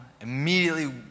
immediately